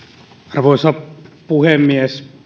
arvoisa puhemies